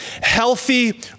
healthy